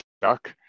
stuck